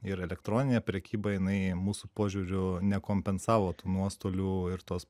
ir elektroninė prekyba jinai mūsų požiūriu nekompensavo tų nuostolių ir tos